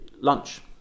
lunch